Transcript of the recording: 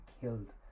killed